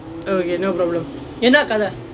okay no problem என்ன கதை:enna kathai